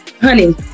honey